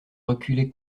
reculer